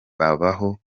babaho